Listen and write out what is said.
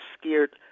scared